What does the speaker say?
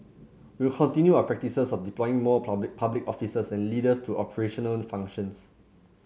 we will continue our practice of deploying more public public officers and leaders to operational functions